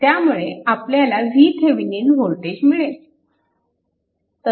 त्यामुळे आपल्याला VThevenin voltage मिळेल